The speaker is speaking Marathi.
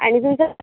आणि कसं